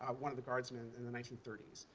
ah one of the guardsmen in the nineteen thirty s,